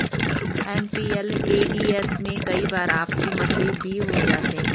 MPLADS में कई बार आपसी मतभेद भी हो जाते हैं